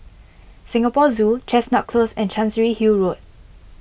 Singapore Zoo Chestnut Close and Chancery Hill Road